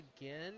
again